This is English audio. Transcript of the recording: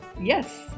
Yes